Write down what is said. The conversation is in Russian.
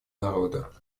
народа